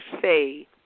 say